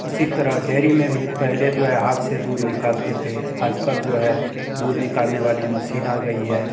उसी तरह डेयरी में भी पहले जो है हाथ से दूध निकालते थे आज कल जो है दूध निकालने वाली मशीन आ गई है